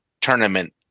tournament